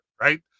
right